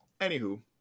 Anywho